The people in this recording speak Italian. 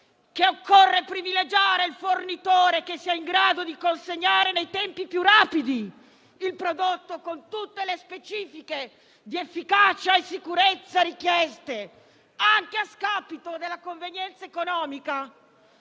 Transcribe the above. che occorre privilegiare il fornitore che sia in grado di consegnare nei tempi più rapidi il prodotto con tutte le specifiche di efficacia e sicurezza richieste, anche a scapito della convenienza economica,